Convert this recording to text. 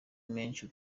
menshi